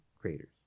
creators